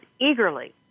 eagerly